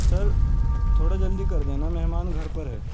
سر تھوڑا جلدی کر دینا مہمان گھر پر ہے